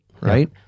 right